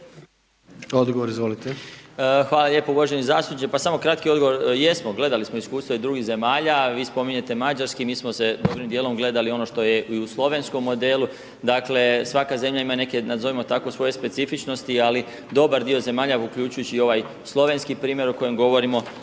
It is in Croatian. Hvala lijepo. Uvaženi zastupniče, pa samo kratki odgovor, jesmo gledali smo iskustva i drugih zemalja, vi spominjete mađarski, mi smo se dobrim dijelom gledali i ono što je i u slovenskom modelu. Dakle svaka zemlja ima i neke nazovimo tako svoje specifičnosti, ali dobar dio zemalja uključujući i ovaj slovenski primjer o kojem govorimo